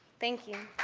thank you.